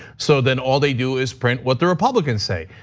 so then all they do is print what the republicans say.